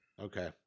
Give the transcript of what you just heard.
Okay